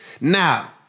Now